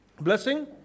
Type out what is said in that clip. blessing